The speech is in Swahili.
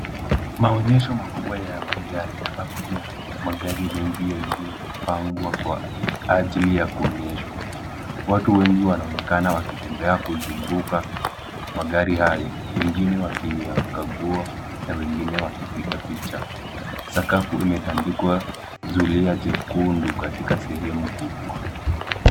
Maonyesho makubwa ya magari, ambapo kuna magari mengi yaliyopangwa kwa ajili ya kuonyeshwa. Watu wengi wanaonekana wakitembea kuzunguka magari hayo, wengine wakiyakagua na wengine wakipiga picha. Sakafu imetandikwa zulia jekundu katika sehemu kubwa.